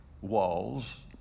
walls